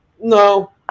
No